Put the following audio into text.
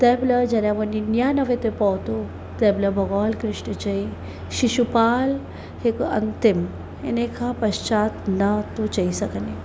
तंहिंमहिल जॾहिं उहो निन्यानवे ते पहुतो तंहिंमहिल भॻवानु कृष्ण चई शिषुपाल हिकु अंतिम हिन खां पश्चात न तूं चई सघंदे